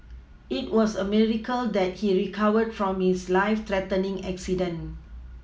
it was a miracle that he recovered from his life threatening accident